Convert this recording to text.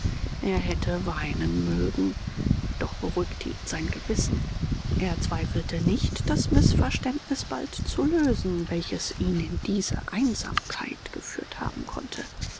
er hätte weinen mögen doch beruhigte ihn sein gewissen er zweifelte nicht das mißverständnis bald zu lösen welches ihn in diese einsamkeit geführt haben konnte